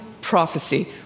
Prophecy